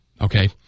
okay